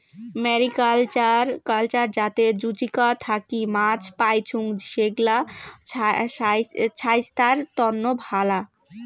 mariculture যাতে জুচিকা থাকি মাছ পাইচুঙ, সেগ্লা ছাইস্থ্যর তন্ন ভালা